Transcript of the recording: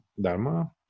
Dharma